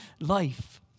life